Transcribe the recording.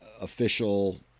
official